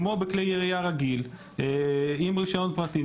כמו בכלי ירייה רגיל עם רישיון פרטי,